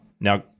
Now